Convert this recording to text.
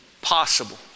possible